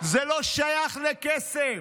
זה לא שייך לכסף,